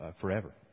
forever